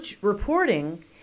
reporting